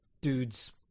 dudes